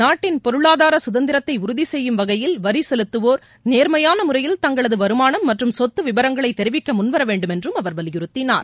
நாட்டின் பொருளாதார சுதந்திரத்தை உறுதி செய்யும் வகையில் வரி செலுத்தவோர் நேர்மயான முறையில் தங்களது வருமானம் மற்றும் சொத்து விபரங்களை தெரிவிக்க முன்வரவேண்டும் என்று வலியுறுத்தினார்